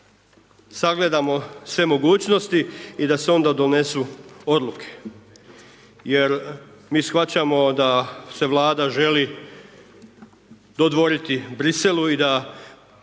sagledamo sve mogućnosti i da se onda donesu odluke jer mi shvaćamo da se Vlada želi dodvoriti Bruxellesu i da